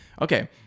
okay